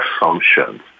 assumptions